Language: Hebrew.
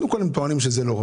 הם טוענים שלא.